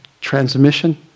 transmission